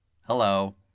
Hello